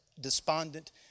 despondent